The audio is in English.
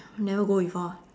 never go before ah